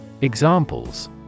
Examples